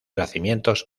yacimientos